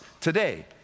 today